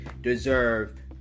deserve